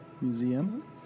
Museum